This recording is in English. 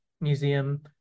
Museum